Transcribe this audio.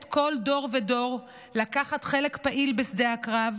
כל דור ודור לקחת חלק פעיל בשדה הקרב,